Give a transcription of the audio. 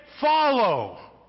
follow